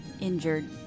injured